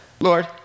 Lord